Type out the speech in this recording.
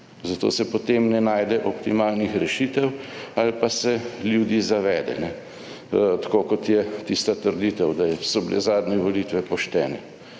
zato se potem ne najde optimalnih rešitev ali pa se ljudi zavede, tako kot je tista trditev, da so bile zadnje volitve pošte,